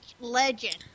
legend